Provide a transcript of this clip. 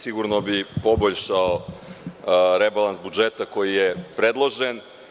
Sigurno bi poboljšao rebalans budžeta koji je predložen.